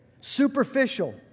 superficial